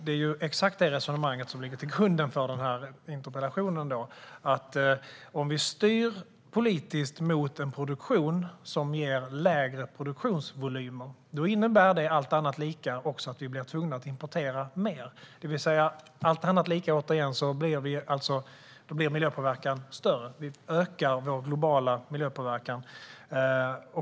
Det är ju exakt det resonemanget som ligger till grund för min interpellation: Om vi styr politiskt mot en produktion som ger lägre produktionsvolymer innebär det, allt annat lika, att vi blir tvungna att importera mer. Allt annat lika blir alltså miljöpåverkan större. Vi ökar vår globala miljöpåverkan.